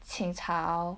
清朝